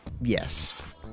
yes